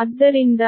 ಆದ್ದರಿಂದ